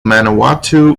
manawatu